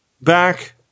back